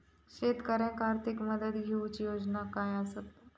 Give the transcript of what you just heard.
शेतकऱ्याक आर्थिक मदत देऊची योजना काय आसत?